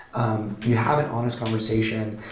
um you have an honest conversation.